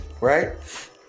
right